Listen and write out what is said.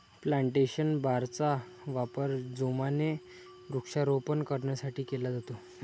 plantation बारचा वापर जोमाने वृक्षारोपण करण्यासाठी केला जातो